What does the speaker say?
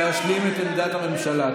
להשלים את עמדת הממשלה.